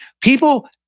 People